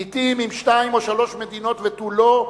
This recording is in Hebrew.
לעתים עם שתיים או שלוש מדינות ותו לא,